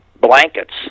blankets